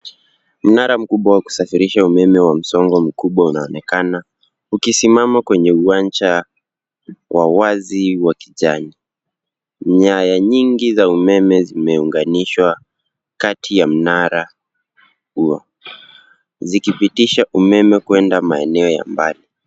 Mnara mkubwa wa kusafirisha umeme wa msongo mkubwa unaonekana ukisimama kwenye uwanja wa wazi wa kijani. Nyaya nyingi za umeme zimeunganishwa kati ya mnara huo zikipitisha umeme kuenda maeneo ya mbali.